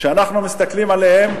כשאנחנו מסתכלים עליהם,